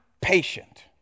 patient